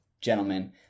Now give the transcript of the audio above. gentlemen